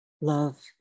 love